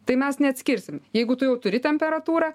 tai mes neatskirsim jeigu tu jau turi temperatūrą